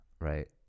right